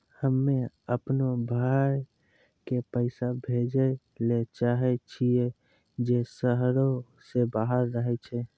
हम्मे अपनो भाय के पैसा भेजै ले चाहै छियै जे शहरो से बाहर रहै छै